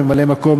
ממלא-מקום,